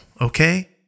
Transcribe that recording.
okay